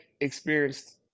experienced